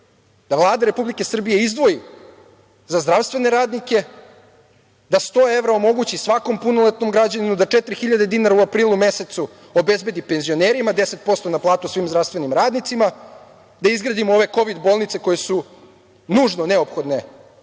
da Vlada Republike Srbije izdvoji za zdravstvene radnike, da 100 evra omogući svakom punoletnom građaninu, da 4.000 dinara u aprilu mesecu obezbedi penzionerima, 10% na platu svim zdravstvenim radnicima, da izgradimo ove kovid bolnice koje su nužno neophodne